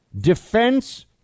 defense